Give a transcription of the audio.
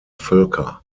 völker